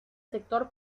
sector